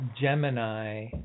Gemini